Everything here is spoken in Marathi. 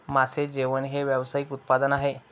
मासे जेवण हे व्यावसायिक उत्पादन आहे